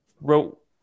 wrote